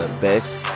best